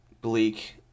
bleak